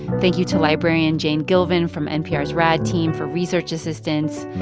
thank you to librarian jane gilvin from npr's rad team for research assistance.